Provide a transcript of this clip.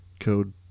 Code